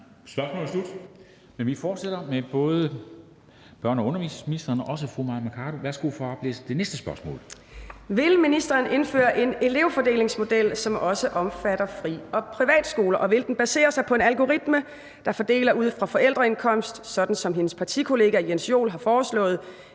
nr. S 529 9) Til børne- og undervisningsministeren af: Mai Mercado (KF): Vil ministeren indføre en elevfordelingsmodel, som også omfatter fri- og privatskoler, og vil den i så fald basere sig på en algoritme, der fordeler ud fra forældreindkomst, sådan som ministerens partikollega Jens Joel har foreslået